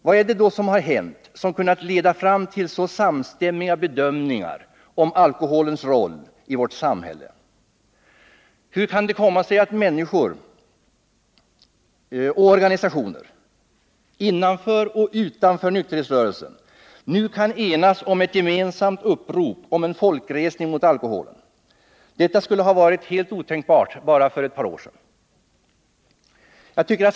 Vad är det då som har hänt som kunnat leda fram till så samstämmiga bedömningar av alkoholens roll i vårt samhälle? Hur kan det komma sig att människor och organisationer innanför och utanför nykterhetsrörelsen nu kan enas om ett gemensamt upprop om en folkresning mot alkoholen? Detta skulle ha varit helt otänkbart för bara ett par år sedan.